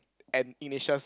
and Inisha's